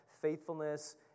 faithfulness